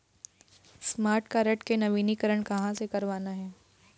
Smart card के नवीनीकरण कहां से करवाना हे?